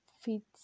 fits